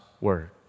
word